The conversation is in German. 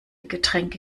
getränke